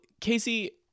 Casey